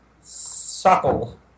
Suckle